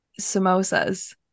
samosas